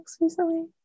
recently